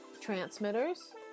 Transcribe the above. transmitters